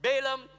Balaam